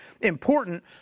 important